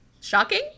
shocking